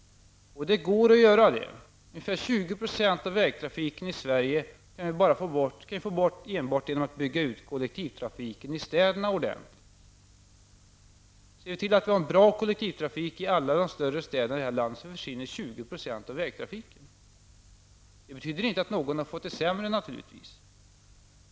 Det går att göra det. Ungefär 20 % av vägtrafiken i Sverige kan vi få bort enbart genom att bygga ut kollektivtrafiken i städerna ordentligt. Ser vi till att vi har en bra kollektivtrafik i alla de större städerna i det här landet försvinner 20 % av vägtrafiken. Det betyder naturligtvis inte att någon har fått det sämre.